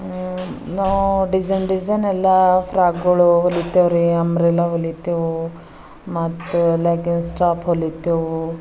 ನಾವು design design ಎಲ್ಲ ಫ್ರಾಕ್ಗಳು ಹೊಲಿತೇವ್ರಿ ಅಂಬ್ರೆಲಾ ಹೊಲಿತೇವು ಮತ್ತು ಲೆಗ್ಗಿನ್ಸ್ ಟಾಪ್ ಹೊಲಿತೇವು